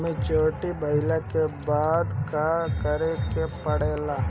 Maturity भईला के बाद का करे के पड़ेला?